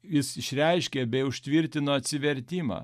jis išreiškė bei užtvirtino atsivertimą